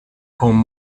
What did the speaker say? con